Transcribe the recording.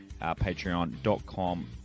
patreon.com